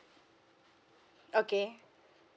okay